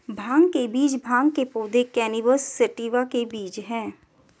भांग के बीज भांग के पौधे, कैनबिस सैटिवा के बीज हैं